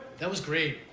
that was great.